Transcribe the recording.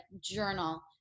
journal